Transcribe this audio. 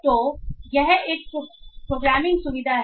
तो यह एक प्रोग्रामिंग सुविधा है